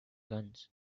guns